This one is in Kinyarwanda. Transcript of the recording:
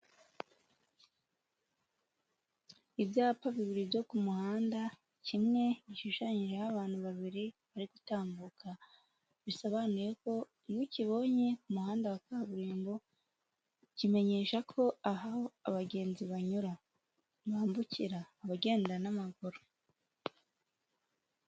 Ibyapa bibiri byo ku muhanda, kimwe gishushanyijeho abantu babiri bari gutambuka, bisobanuye ko iyo ukibonye ku muhanda wa kaburimbo kimenyesha ko aho abagenzi banyura bambukira abagenda n'amaguru.